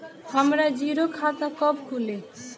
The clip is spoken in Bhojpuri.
हमरा जीरो खाता कब खुली?